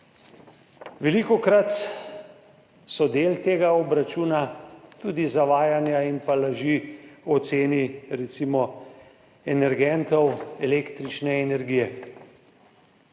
Velikokrat so del tega obračuna tudi zavajanja in laži o ceni recimo energentov električne energije.